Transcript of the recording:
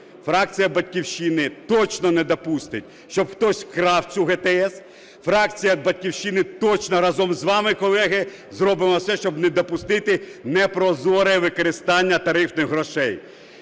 Фракція "Батьківщина" точно не допустить, щоб хтось вкрав цю ГТС, фракція "Батьківщина" точно разом з вами, колеги, зробимо все, щоб не допустити непрозоре використання тарифних грошей.